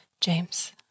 James